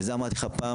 ואת זה אמרתי לך פעם,